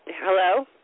Hello